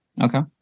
Okay